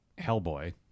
Hellboy